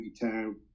Town